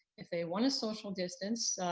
if they want to social distance,